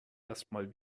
erstmal